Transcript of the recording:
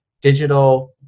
digital